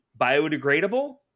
biodegradable